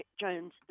Jones